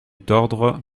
tordre